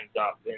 up